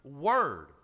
word